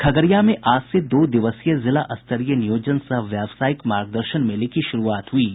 खगड़िया में आज से दो दिवसीय जिला स्तरीय नियोजन सह व्यावसायिक मार्गदर्शन मेले की शुरूआत हुई है